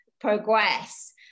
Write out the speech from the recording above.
progress